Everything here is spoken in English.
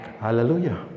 Hallelujah